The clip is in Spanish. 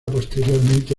posteriormente